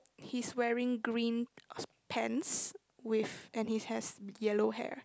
he's wearing green pants with and he has yellow hair